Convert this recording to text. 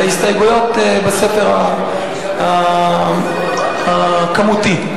את ההסתייגויות בחלק הכמותי.